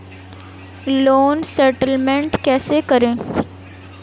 Loan settlement कैसे करें?